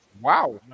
Wow